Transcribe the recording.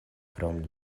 krom